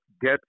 get